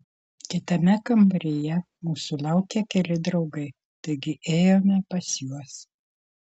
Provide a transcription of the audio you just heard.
kitame kambaryje mūsų laukė keli draugai taigi ėjome pas juos